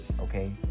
okay